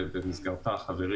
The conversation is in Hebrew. ובמסגרתה חברים